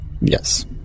Yes